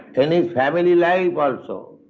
and his family life also,